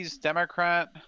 Democrat